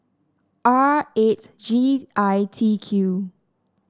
R eight G I T Q